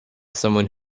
someone